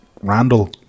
Randall